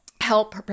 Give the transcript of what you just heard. help